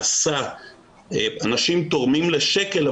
אנשים תורמים לשק"ל,